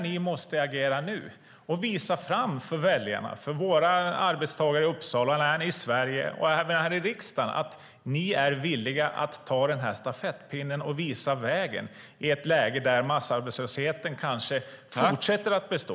Ni måste agera och visa väljarna, alltså arbetstagarna hemma i Uppsala och i hela Sverige, och oss här i riksdagen att ni är villiga att ta stafettpinnen och visa vägen i ett läge då massarbetslösheten kanske kommer att bestå.